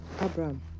Abram